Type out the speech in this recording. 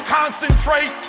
concentrate